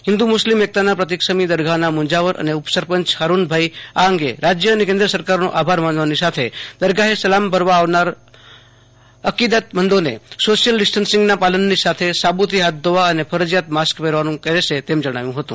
હિંદુ મુસ્લિમ એકતાના પ્રતિક સમી દરગાહના મુંજાવર અને ઉપસરપંય ફારૂન ભાઈ આ અંગે રાજ્ય અને કેન્દ્ર સરકારનો આભાર માનવાની સાથે દરગાહે સલામ ભરવા આવનાર અકીદતમંદોને સોશિયલ ડિસ્ટન્સના પાલનની સાથે સાબુથી હાથ ધોવા અને ફરજીયાત માસ્ક પહેરવાનું રહેશે તેમ જણાવ્યું હતું